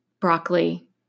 broccoli